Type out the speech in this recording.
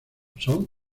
son